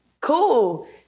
cool